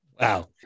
Wow